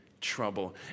trouble